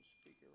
speaker